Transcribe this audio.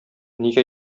нигә